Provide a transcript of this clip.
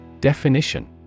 Definition